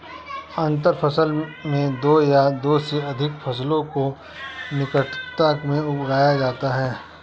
अंतर फसल में दो या दो से अघिक फसलों को निकटता में उगाया जाता है